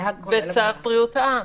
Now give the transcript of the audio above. בצו בריאות העם.